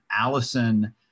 Allison